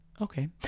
okay